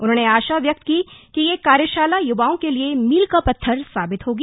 उन्होंने आशा व्यक्त की कि यह कार्यशाला युवाओं के लिए मील का पत्थर साबित होगी